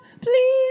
please